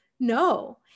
no